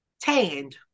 tanned